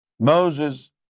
Moses